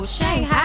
Shanghai